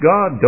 God